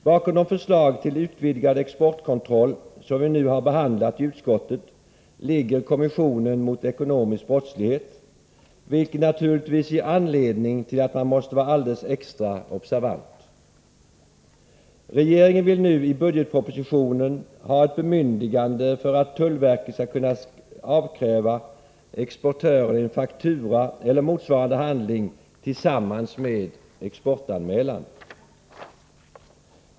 Bakom de förslag till utvidgad exportkontroll som vi nu har behandlat i utskottet ligger kommissionen mot ekonomisk brottslighet, vilket naturligtvis ger anledning till att man måste vara alldeles extra observant. Regeringen vill nu i budgetpropositionen ha ett bemyndigande för att tullverket skall kunna avkräva exportören en faktura eller motsvarande handling tillsammans med exportanmälan.